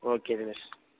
okay Dinesh